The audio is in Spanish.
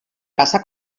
casa